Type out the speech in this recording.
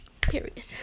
period